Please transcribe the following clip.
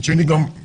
מצד שני נכנס,